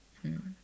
mm